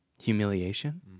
humiliation